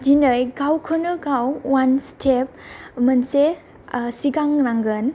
दिनै गावखौनो गाव वान स्टेप मोनसे सिगांनांगोन